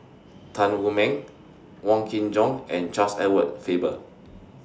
Tan Wu Meng Wong Kin Jong and Charles Edward Faber